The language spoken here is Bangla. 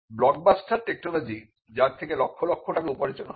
ব্লকবাস্টার টেকনোলজি যার থেকে লক্ষ লক্ষ টাকা উপার্জন হয়